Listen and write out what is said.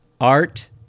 art